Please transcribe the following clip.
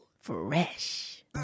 fresh